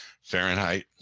Fahrenheit